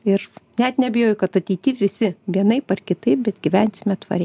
ir net neabejoju kad ateity visi vienaip ar kitaip bet gyvensime tvariai